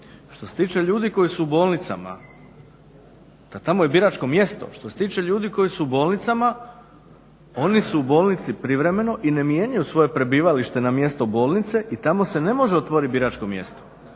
im je prebivalište i tamo im je onda i biračko mjesto. Što se tiče ljudi koji su u bolnicama oni su u bolnici privremeno i ne mijenjaju svoje prebivalište na mjesto bolnice i tamo se ne može otvoriti biračko mjesto.